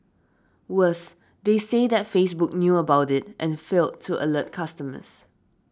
worse they say that Facebook knew about it and failed to alert customers